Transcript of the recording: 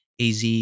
AZ